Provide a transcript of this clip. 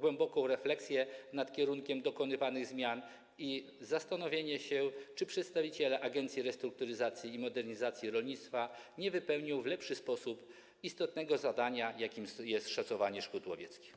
głęboką refleksję nad kierunkiem dokonywanych zmian i zastanowienie się, czy przedstawiciele Agencji Restrukturyzacji i Modernizacji Rolnictwa nie wypełnią w lepszy sposób istotnego zadania, jakim jest szacowanie szkód łowieckich.